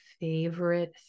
favorite